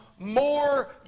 more